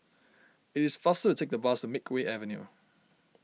it is faster to take the bus to Makeway Avenue